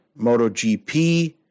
MotoGP